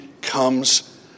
comes